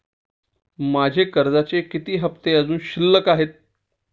माझे कर्जाचे किती हफ्ते अजुन शिल्लक आहेत?